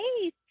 hey